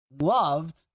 loved